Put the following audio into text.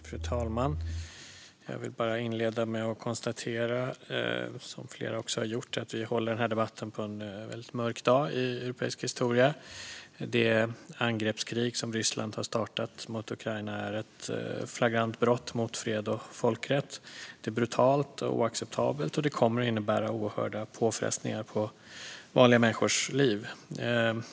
Fru talman! Jag vill inleda med att konstatera, som flera andra också har gjort, att vi håller den här debatten på en väldigt mörk dag i europeisk historia. Det angreppskrig som Ryssland har startat mot Ukraina är ett flagrant brott mot fred och folkrätt. Det är brutalt och oacceptabelt, och det kommer att innebära oerhörda påfrestningar på vanliga människors liv.